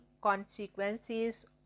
consequences